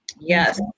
Yes